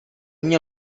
mně